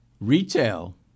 Retail